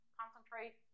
concentrate